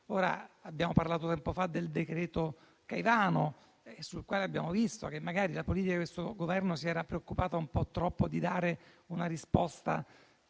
Abbiamo parlato tempo fa del decreto-legge Caivano, a proposito del quale abbiamo visto che la politica di questo Governo si era preoccupata un po' troppo di dare una risposta